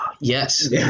Yes